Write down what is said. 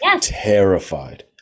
terrified